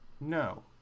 No